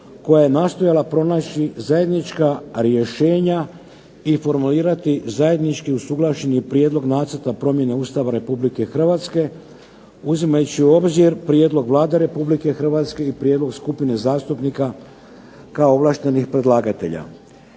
koja je nastojala pronaći zajednička rješenja i formulirati zajednički usuglašeni Prijedlog nacrta promjene Ustava Republike Hrvatske uzimajući u obzir prijedlog Vlade Republike Hrvatske i prijedlog skupine zastupnika kao ovlaštenih predlagatelja.